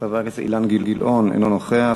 חבר הכנסת אילן גילאון, אינו נוכח.